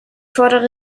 fordere